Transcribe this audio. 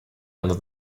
under